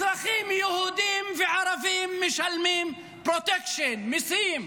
אזרחים יהודים וערבים משלמים פרוטקשן, מיסים,